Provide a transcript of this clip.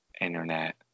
Internet